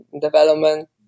development